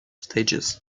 stages